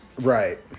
Right